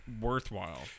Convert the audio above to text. worthwhile